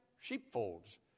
sheepfolds